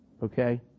okay